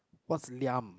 what's Liam